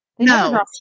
No